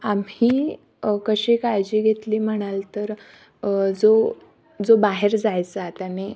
आम्ही कशी काळजी घेतली म्हणाल तर जो जो बाहेर जायचा त्याने